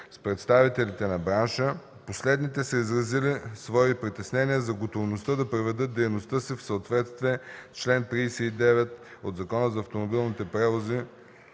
с представители на бранша последните са изразили своите притеснения за готовността да приведат дейността си в съответствие с чл. 39 от Закона за автомобилните превози